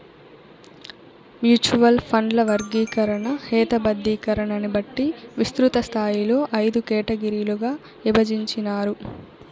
mutual ఫండ్ల వర్గీకరణ, హేతబద్ధీకరణని బట్టి విస్తృతస్థాయిలో అయిదు కేటగిరీలుగా ఇభజించినారు